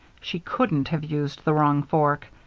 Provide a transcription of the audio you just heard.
she couldn't have used the wrong fork.